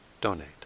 donate